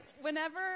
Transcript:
whenever